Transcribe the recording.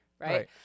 Right